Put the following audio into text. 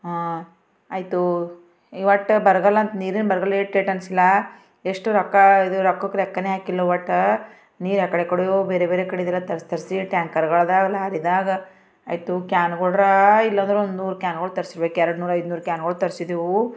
ಹಾಂ ಆಯಿತು ಒಟ್ಟು ಬರಗಾಲ ಅಂತ ನೀರಿನ ಬರಗಾಲ ಏಟೇಟು ಅನ್ನಿಸಿಲ್ಲ ಎಷ್ಟು ರೊಕ್ಕ ಇದು ರೊಕ್ಕಕ್ಕೆ ಲೆಕ್ಕವೇ ಹಾಕಿಲ್ಲ ಒಟ್ಟು ನೀರು ಆ ಕಡೆ ಕೊಡೋದು ಬೇರೆ ಬೇರೆ ಕಡೆದ್ದೆಲ್ಲ ತರಿಸಿ ತರಿಸಿ ಟ್ಯಾಂಕರ್ಗಳಾದವಲ್ಲ ಇದಾದ ಆಯ್ತು ಕ್ಯಾನ್ಗುಳಾದ್ರ ಇಲ್ಲಾಂದ್ರೆ ಒಂದು ನೂರು ಕ್ಯಾನ್ಗಳು ತರಿಸ್ಬೇಕು ಎರಡುನೂರು ಐದುನೂರು ಕ್ಯಾನ್ಗಳು ತರಿಸಿದೆವು